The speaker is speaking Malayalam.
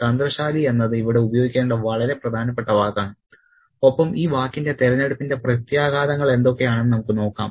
തന്ത്രശാലി എന്നത് ഇവിടെ ഉപയോഗിക്കേണ്ട വളരെ പ്രധാനപ്പെട്ട വാക്കാണ് ഒപ്പം ഈ വാക്കിന്റെ തിരഞ്ഞെടുപ്പിന്റെ പ്രത്യാഘാതങ്ങൾ എന്തൊക്കെയാണെന്ന് നമുക്ക് നോക്കാം